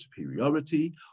superiority